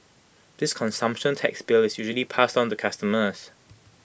this consumption tax bill is usually passed on to customers